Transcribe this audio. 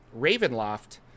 Ravenloft